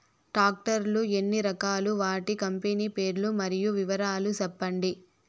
Tractor లు ఎన్ని రకాలు? వాటి కంపెని పేర్లు మరియు వివరాలు సెప్పండి?